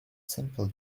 simple